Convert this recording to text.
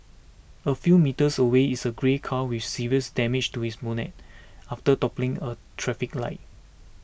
a few metres away is a grey car with serious damage to its bonnet after toppling a traffic light